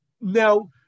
Now